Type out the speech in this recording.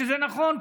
שזה נכון,